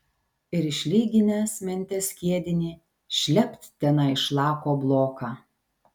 ir išlyginęs mente skiedinį šlept tenai šlako bloką